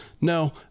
No